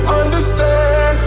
understand